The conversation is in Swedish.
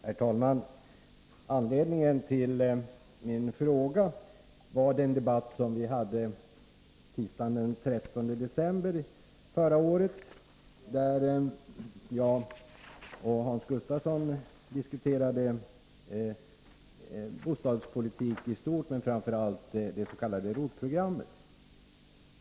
Herr talman! Anledningen till min fråga var den debatt som vi hade tisdagen den 13 december förra året, när Hans Gustafsson och jag diskuterade bostadspolitik i stort men framför allt det s.k. ROT-programmet.